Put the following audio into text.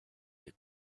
est